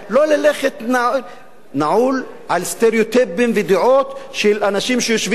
לא ללכת נעול על סטריאוטיפים ודעות של אנשים שיושבים שנים,